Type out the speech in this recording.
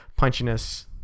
punchiness